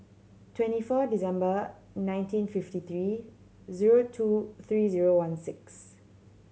twenty four December nineteen fifty three zero two three zero one six